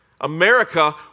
America